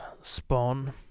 spawn